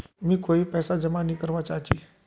मी कोय पैसा जमा नि करवा चाहची